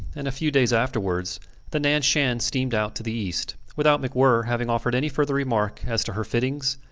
and a few days afterwards the nan-shan steamed out to the east, without macwhirr having offered any further remark as to her fittings,